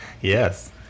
Yes